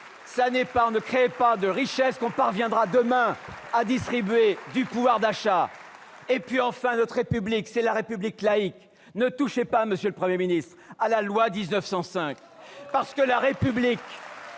Ce n'est pas en ne créant pas de richesse que l'on parviendra demain à distribuer du pouvoir d'achat ! Enfin, notre République, c'est la République laïque ! Ne touchez pas, monsieur le Premier ministre, à la loi de 1905 ! La République